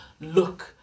Look